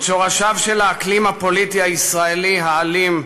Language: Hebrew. את שורשיו של האקלים הפוליטי הישראלי האלים,